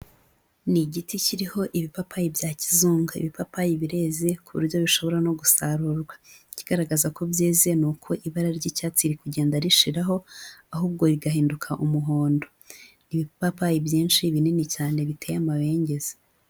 Ni igiti kiriho ibipapayi bya kizungu. Ibipapayi bireze ku buryo bishobora no gusarurwa. Ikigaragaza ko byeze ni uko ibara ry'icyatsi riri kugenda rishiraho, ahubwo rigahinduka umuhondo. Ibipapa byinshi binini cyane biteye amabengeza.